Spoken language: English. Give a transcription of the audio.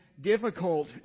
difficult